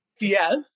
yes